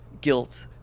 guilt